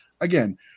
Again